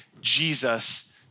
Jesus